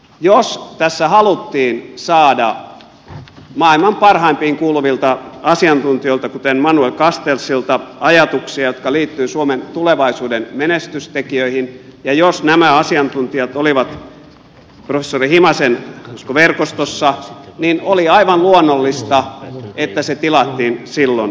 jos tässä haluttiin saada maailman parhaimpiin kuuluvilta asiantuntijoilta kuten manuel castellsilta ajatuksia jotka liittyvät suomen tulevaisuuden menestystekijöihin ja jos nämä asiantuntijat olivat professori himasen verkostossa niin oli aivan luonnollista että se tilattiin silloin sieltä